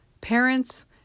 parents